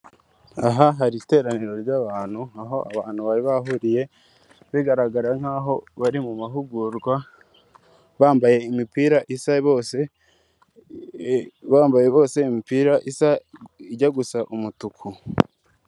Aha hari iteraniro ry'abantu, aho abantu bari bahuriye bigaragara nkaho bari mu mahugurwa bambaye imipira isa bose, bambaye bose imipira ijya gusa umutuku.